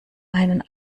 einen